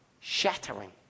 Shattering